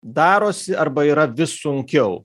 darosi arba yra vis sunkiau